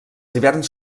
hiverns